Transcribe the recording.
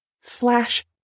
slash